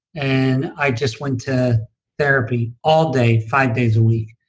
and i just went to therapy all day five days a week,